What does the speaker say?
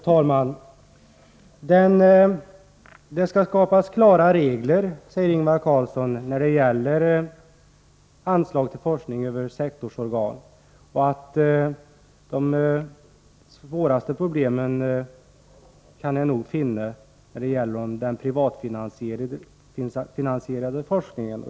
Fru talman! Det skall skapas klara regler, säger Ingvar Carlsson, när det gäller anslag till forskning över sektorsorgan, och de svåraste problemen kan man nog finna när det gäller den privatfinansierade forskningen.